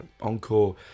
encore